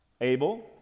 Abel